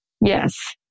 Yes